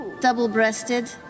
Double-breasted